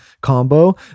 combo